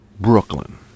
Brooklyn